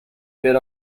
bid